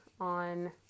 on